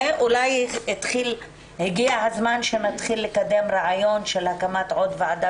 אולי הגיע הזמן שנתחיל לקדם רעיון של הקמת עוד ועדה